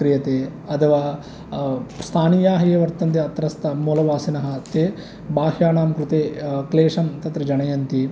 क्रियते अथवा स्थानीयाः ये वर्तन्ते अत्रस्थ मूलवासिनः ते बाह्याणां कृते क्लेशं तत्र जनयन्ति